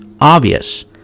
obvious